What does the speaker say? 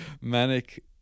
Manic